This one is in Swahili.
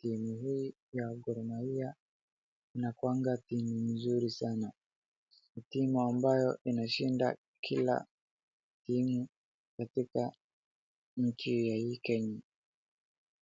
Timu hii ya Gor Mahia inakuanga timu mzuri sana. Ni timu ambayo inashinda kila timu katika nchi ya hii Kenya.